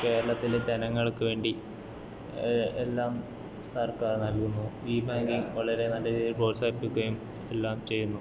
കേരളത്തിലെ ജനങ്ങൾക്ക് വേണ്ടി എല്ലാം സർക്കാർ നൽകുന്നു ഇ ബാങ്കിങ്ങ് വളരെ നല്ല രീതിയിൽ പ്രോത്സാഹിപ്പിക്കുകയും എല്ലാം ചെയ്യുന്നു